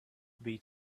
beat